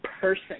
person